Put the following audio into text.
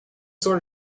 sort